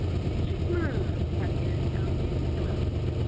चाँदी कितना भरी है चाँदी कितना रुपया है